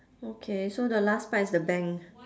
okay so the last part is the bank